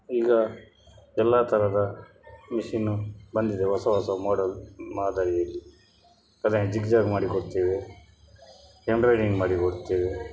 ಈಗ ಎಲ್ಲ ಥರದ ಮಿಷಿನ್ನು ಬಂದಿದೆ ಹೊಸ ಹೊಸ ಮಾಡೆಲ್ ಮಾದರಿಯಲ್ಲಿ ಅದನ್ನು ಜಿಗ್ಜ್ಯಾಗ್ ಮಾಡಿ ಕೊಡ್ತೇವೆ ಎಂಬ್ರಾಯ್ಡ್ರಿಂಗ್ ಮಾಡಿ ಕೊಡುತ್ತೇವೆ